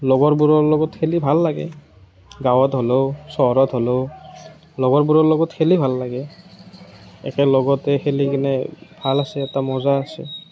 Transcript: লগৰবোৰৰ লগত খেলি ভাল লাগে গাঁৱত হ'লেও চহৰত হ'লেও লগৰবোৰৰ লগত খেলি ভাল লাগে একেলগতে খেলিকেনে ভাল আছে এটা মজা আছে